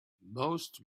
most